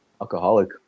Alcoholic